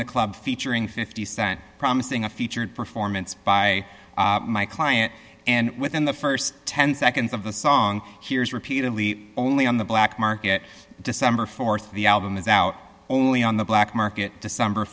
the club featuring fifty cent promising a featured performance by my client and within the st ten seconds of the song here's repeatedly only on the black market december th the album is out only on the black market december